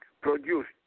produced